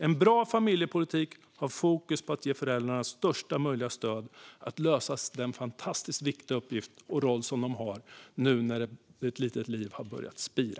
En bra familjepolitik har fokus på att ge föräldrarna största möjliga stöd att lösa den fantastiskt viktiga uppgift och roll de har nu när ett litet liv har börjat spira.